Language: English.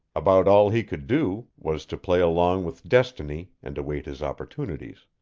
about all he could do was to play along with destiny and await his opportunities.